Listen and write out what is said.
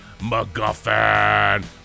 McGuffin